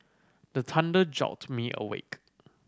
the thunder jolt me awake